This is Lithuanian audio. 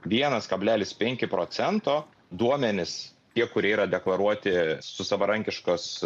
vienas kablelis penki procento duomenis tie kurie yra deklaruoti su savarankiškos